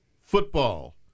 football